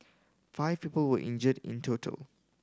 five people were injured in total